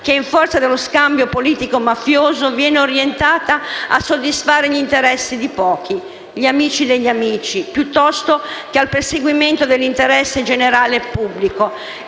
che, in forza dello scambio politico mafioso, viene orientata a soddisfare gli interessi di pochi (gli amici degli amici) piuttosto che al perseguimento dell'interesse generale e pubblico.